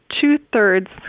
two-thirds